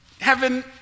Heaven